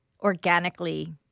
organically